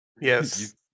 Yes